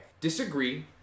disagree